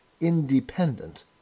independent